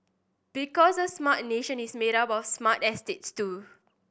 because a smart nation is made up of smart estates too